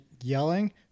yelling